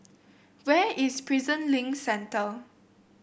where is Prison Link Centre